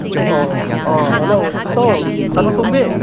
ꯑꯣ ꯑꯣ ꯑꯣ ꯍꯜꯂꯣ ꯏꯇꯥꯎ ꯁꯅꯥꯇꯣꯝꯕꯤ